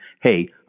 hey